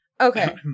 Okay